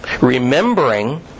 Remembering